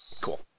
Cool